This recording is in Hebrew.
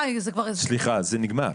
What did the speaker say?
סליחה, זה נגמר,